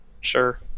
Sure